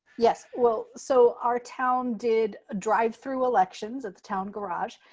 yes. well, so our town did drive-through elections at the town garage,